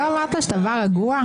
לא אמרת שאתה בא רגוע?